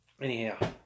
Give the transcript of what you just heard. Anyhow